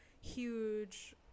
huge